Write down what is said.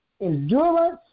endurance